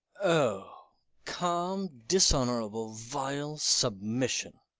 o calm, dishonourable, vile submission!